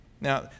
Now